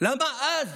למה אז?